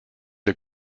der